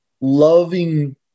loving